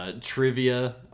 Trivia